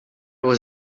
was